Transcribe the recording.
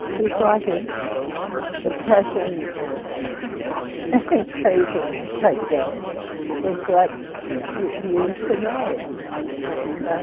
he thought his depression and i think craziness i guess was what you used to write and